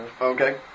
Okay